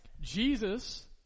Jesus